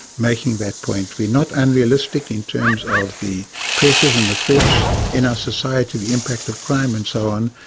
making that point. we're not unrealistic in terms of the pressures and the threats in our society, the impact of crime and so on,